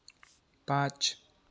पाँच